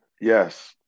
Yes